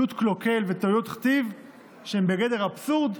איות קלוקל וטעויות כתיב שהם בגדר אבסורד,